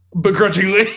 Begrudgingly